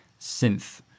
synth